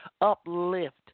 uplift